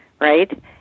right